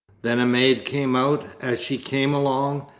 then a maid came out as she came along,